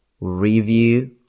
review